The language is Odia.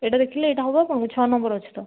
ଏଇଟା ଦେଖିଲେ ଏଇଟା ହବ ଆପଣଙ୍କୁ ଛଅ ନମ୍ବର ଅଛି ତ